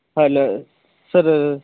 hello sir